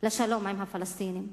לשלום עם הפלסטינים,